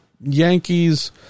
yankees